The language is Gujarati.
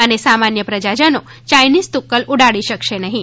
અને સામાન્ય પ્રજાજનો ચાઇનીઝ ટુક્કલ ઉડાડી શકશે નહીં